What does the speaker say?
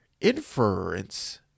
inference